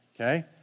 okay